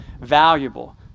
valuable